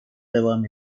devam